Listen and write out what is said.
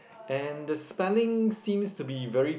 and the spelling seems to be very